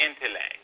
intellect